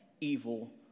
evil